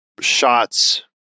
shots